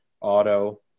auto